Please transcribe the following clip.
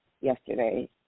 yesterday